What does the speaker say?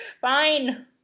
Fine